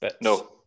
No